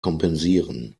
kompensieren